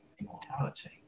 immortality